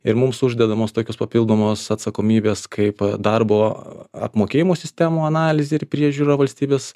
ir mums uždedamos tokios papildomos atsakomybės kaip darbo apmokėjimo sistemų analizė ir priežiūra valstybės